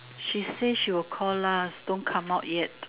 she say she will call us don't come out yet